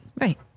Right